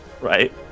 Right